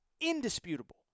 indisputable